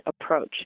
approach